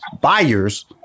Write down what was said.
buyers